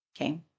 okay